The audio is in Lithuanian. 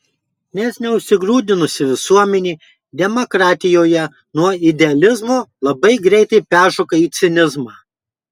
nes neužsigrūdinusi visuomenė demokratijoje nuo idealizmo labai greitai peršoka į cinizmą